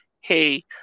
hey